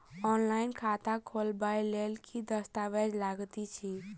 Online खाता खोलबय लेल केँ दस्तावेज लागति अछि?